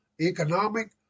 economic